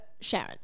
sharon